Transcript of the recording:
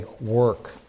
Work